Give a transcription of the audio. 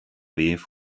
lkw